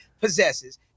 possesses